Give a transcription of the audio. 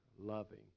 loving